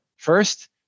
First